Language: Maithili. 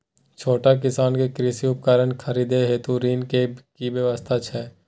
छोट किसान के कृषि उपकरण खरीदय हेतु ऋण के की व्यवस्था छै?